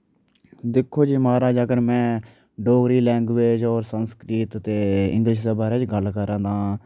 दिक्खो जी माराज अगर मै डोगरी लैंग्वेज और संस्कृत दे इन्दे शा बारे गल्ल करां तां